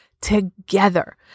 together